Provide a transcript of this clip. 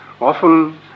Often